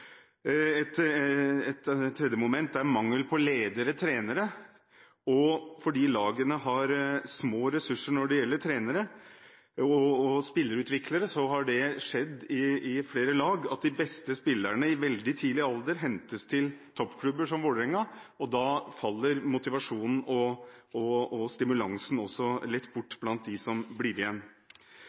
Et tredje moment er mangel på ledere og trenere. Fordi lagene har små ressurser når det gjelder trenere og spillerutviklere, har det i flere lag skjedd at de beste spillerne i veldig tidlig alder hentes til toppklubber som Vålerenga. Da faller motivasjonen og stimulansen også lett bort blant dem som blir igjen.